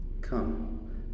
Come